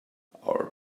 our